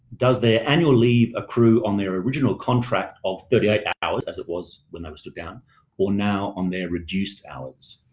does their annual leave accrue on their original contract of thirty eight hours as it was when they were stood down or now on their reduced hours?